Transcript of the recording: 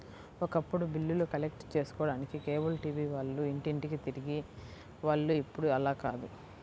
ఒకప్పుడు బిల్లులు కలెక్ట్ చేసుకోడానికి కేబుల్ టీవీ వాళ్ళు ఇంటింటికీ తిరిగే వాళ్ళు ఇప్పుడు అలా కాదు